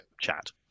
chat